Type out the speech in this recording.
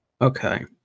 okay